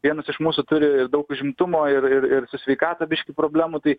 vienas iš mūsų turi daug užimtumo ir ir ir su sveikata biškį problemų tai